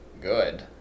good